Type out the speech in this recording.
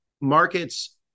markets